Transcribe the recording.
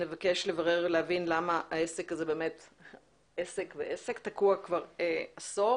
נבקש לברר ולהבין למה העסק הזה תקוע כבר עשור,